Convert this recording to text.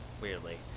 weirdly